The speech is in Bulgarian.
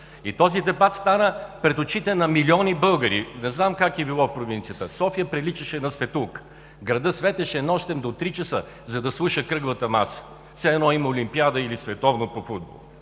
И този дебат стана пред очите на милиони българи. Не знам как е било в провинцията, но София приличаше на светулка. Градът светеше нощем до 3,00 ч., за да слуша Кръглата маса, все едно има олимпиада или световно по футбол,